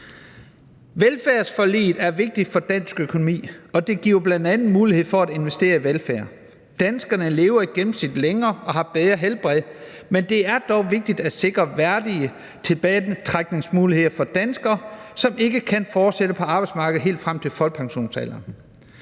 »Velfærdsforliget er vigtigt for dansk økonomi, og det giver bl.a. mulighed for at investere i velfærd. Danskerne lever i gennemsnit længere og har bedre helbred, men det er dog vigtigt at sikre værdige tilbagetrækningsmuligheder for danskere, som ikke kan fortsætte på arbejdsmarkedet helt frem til folkepensionsalderen.